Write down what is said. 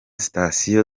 sitasiyo